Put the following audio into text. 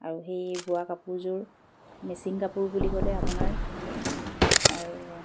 আৰু সেই বোৱা কাপোৰযোৰ মিচিং কাপোৰ বুলি ক'লে আপোনাৰ আৰু